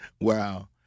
Wow